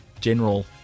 general